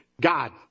God